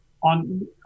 on